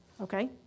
Okay